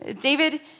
David